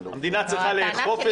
המדינה צריכה לאכוף את זה.